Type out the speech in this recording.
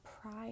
pride